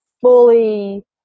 fully